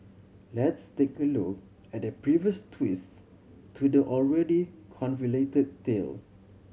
let's take a look at the previous twists to the already convoluted tale